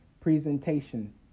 presentation